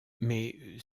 mais